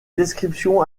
descriptions